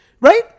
right